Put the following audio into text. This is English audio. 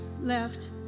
left